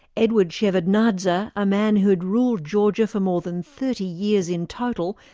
eduard shevardnadze, a man who had ruled georgia for more than thirty years in total,